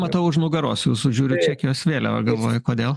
matau už nugaros su sužiūriu čekijos vėliava galvoju kodėl